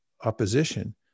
opposition